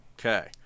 okay